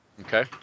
Okay